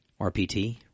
RPT